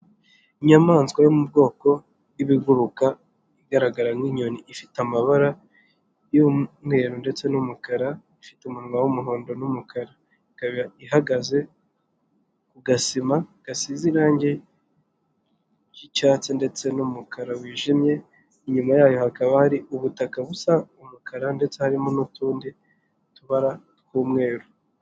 lnyamaswa yo mu bwoko bw'ibiguruka igaragara nk'inyoni ,ifite amabara y'umweru ,ndetse n'umukara ,ifite umunwa w'umuhondo n'umukara, ikaba ihagaze ku gasima gasize irangi ry'icyatsi ,ndetse n'umukara wijimye. lnyuma yayo hakaba hari ubutaka busa umukara ,ndetse harimo n'utundi tubara tw'umweru.